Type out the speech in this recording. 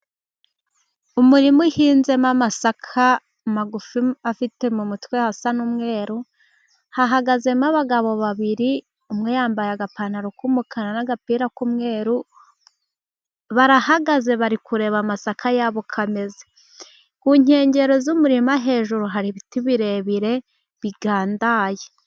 Umurima uhinzemo amasaka magufi afite mu mutwe hasa n' umweru, hahagazemo abagabo babiri. Umwe yambaye agapantaro k'umukara n'agapira k'umweru. Barahagaze bari kureba amasaka yabo uko ameze. Ku nkengero z'umurima hejuru hari ibiti birebire bigandaye.